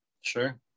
Sure